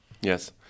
Yes